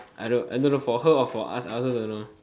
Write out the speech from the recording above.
I don't I don't know for her and for us I also don't know